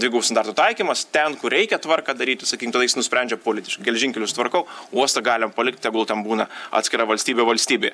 dvigubų standartų taikymas ten kur reikia tvarką daryti sakykim tada jis nusprendžia politiškai geležinkelius tvarkau uostą galima palikti tegul ten būna atskira valstybė valstybėje